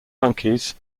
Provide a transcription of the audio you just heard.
monkeys